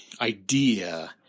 idea